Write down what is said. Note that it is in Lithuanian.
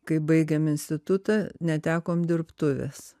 kai baigėm institutą netekom dirbtuvės